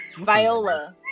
Viola